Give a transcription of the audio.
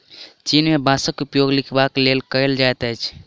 चीन में बांसक उपयोग लिखबाक लेल कएल जाइत अछि